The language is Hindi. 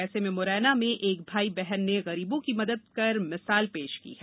ऐसे में मुरैना में एक भाई बहन ने गरीबों की मदद कर मिसाल पेश की है